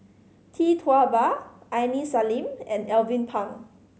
Tee Tua Ba Aini Salim and Alvin Pang